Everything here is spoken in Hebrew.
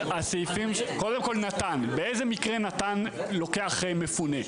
--- קודם כול נט"ן באיזה מקרה נט"ן לוקח מפונה?